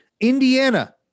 Indiana